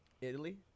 Italy